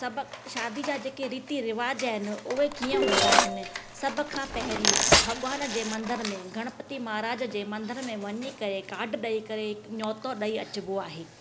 सभु शादी जा जेके रीती रिवाज आहिनि उहे कीअं हूंदा आहिनि सभु खां पहिरीं भॻवान जे मंदर में गणपति महाराज जे मंदर में वञी करे काड ॾेई करे न्योतो ॾेई अचिबो आहे